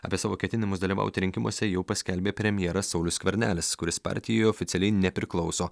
apie savo ketinimus dalyvauti rinkimuose jau paskelbė premjeras saulius skvernelis kuris partijai oficialiai nepriklauso